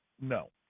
No